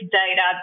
data